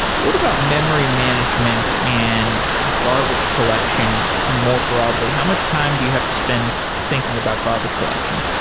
what about memory management and garbage collection more broadly? how much time do you have to spend thinking about garbage collection?